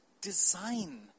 design